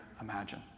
imagine